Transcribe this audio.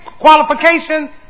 qualifications